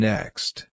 Next